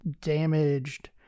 damaged